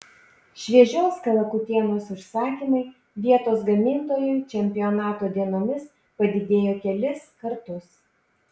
šviežios kalakutienos užsakymai vietos gamintojui čempionato dienomis padidėjo kelis kartus